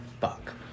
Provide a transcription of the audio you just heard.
fuck